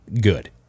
good